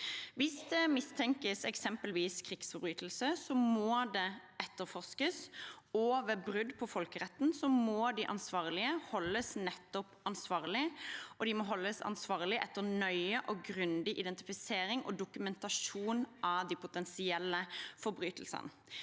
Hvis det mistenkes eksempelvis krigsforbrytelse, må det etterforskes. Ved brudd på folkeretten må de ansvarlige holdes ansvarlig, og de må holdes ansvarlig etter nøye og grundig identifisering og dokumentasjon av de potensielle forbrytelsene.